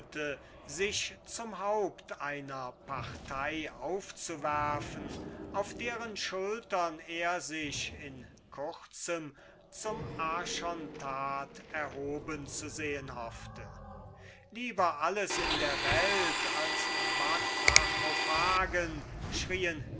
sich zum haupt einer partei aufzuwerfen auf deren schultern er sich in kurzem zum archontat erhoben zu sehen hoffte lieber alles in der welt als batrachophagen schrieen